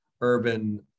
urban